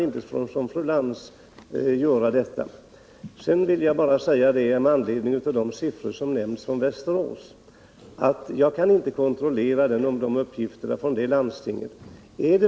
Sedan vill jag bara säga, med anledning av de siffror som nämns från Västervik, att jag inte kan kontrollera dessa uppgifter från det landstinget.